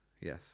yes